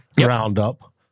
roundup